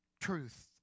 truth